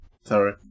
Sorry